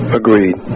agreed